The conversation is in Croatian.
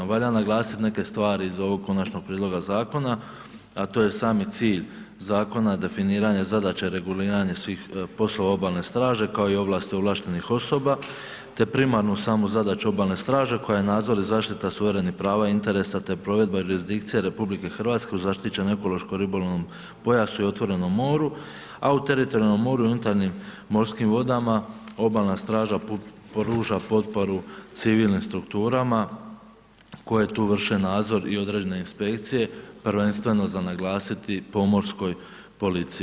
Valja naglasiti neke stvari iza ovog konačnog prijedloga zakona a to je sami cilj zakona, definiranje zadaće i reguliranje svih poslova Obalne straže kao i ovlasti ovlaštenih osoba te primarnu samu zadaću Obalne straže koja je nadzor i zaštita suverenih prava i interesa te provedba i jurisdikcija RH u zaštićenom ekološko-ribolovnom pojasu i otvorenom moru a u teritorijalnom moru i unutarnjim morskim vodama, Obalna straža pruža potporu civilnim strukturama koje tu vrše nadzor i određene inspekcije prvenstveno za naglasiti pomorskoj policiji.